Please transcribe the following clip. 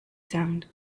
sound